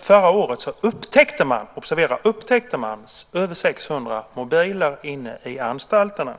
Förra året upptäckte man - observera "upptäckte man" - över 600 mobiler inne i anstalterna,